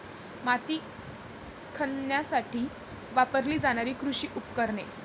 माती खणण्यासाठी वापरली जाणारी कृषी उपकरणे